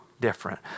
different